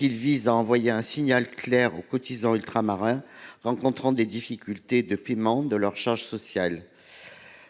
vise à envoyer un signal clair aux cotisants ultramarins rencontrant des difficultés de paiement de leurs charges sociales.